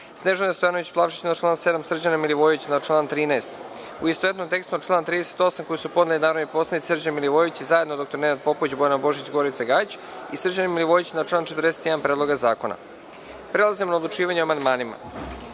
Snežane Stojanović Plavšić na član 7; Srđana Milivojevića na član 13; u istovetnom tekstu na član 38. koji su podneli narodni poslanici Srđan Milivojević i zajedno dr Nenad Popović, Bojana Božanić i Gorica Gajić i Srđana Milivojevića na član 41. Predloga zakona. Prelazimo na odlučivanje o amandmanima. Na